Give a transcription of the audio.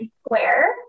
Square